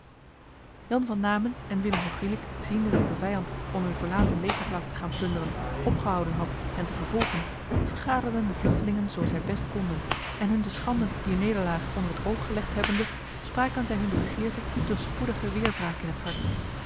jan van namen en willem van gulik ziende dat de vijand om hun verlaten legerplaats te gaan plunderen opgehouden had hen te vervolgen vergaderden de vluchtelingen zo zij best konden en hun de schande dier nederlaag onder het oog gelegd hebbende spraken zij hun de begeerte tot een spoedige weerwraak in het hart